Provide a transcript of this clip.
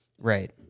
right